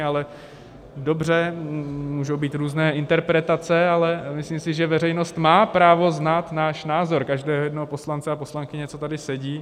Ale dobře, můžou být různé interpretace, ale myslím si, že veřejnost má právo znát náš názor, každého jednoho poslance a poslankyně, co tady sedí.